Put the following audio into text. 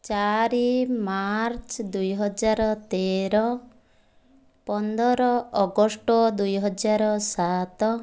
ଚାରି ମାର୍ଚ୍ଚ ଦୁଇହଜାର ତେର ପନ୍ଦର ଅଗଷ୍ଟ ଦୁଇହଜାର ସାତ